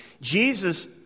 jesus